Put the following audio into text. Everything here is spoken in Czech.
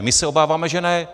My se obáváme, že ne.